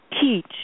teach